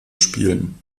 spielen